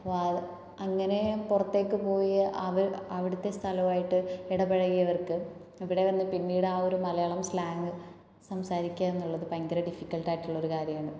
അപ്പോൾ അങ്ങനെ പുറത്തേക്ക് പോയി അവിടുത്തെ സ്ഥലവുമായിട്ട് ഇടപഴകിയവർക്ക് ഇവിടെ വന്ന് പിന്നീട് ആ ഒരു മലയാളം സ്ലാങ്ങ് സംസാരിക്കുക എന്നുള്ളത് ഭയങ്കര ഡിഫിക്കറ്റ് ആയിട്ടുള്ള ഒരു കാര്യമാണ്